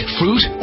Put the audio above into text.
fruit